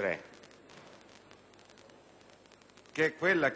del 2003,